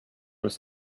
was